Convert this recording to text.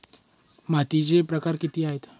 मातीचे प्रकार किती आहेत?